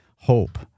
hope